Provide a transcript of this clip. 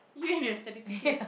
you and your certificates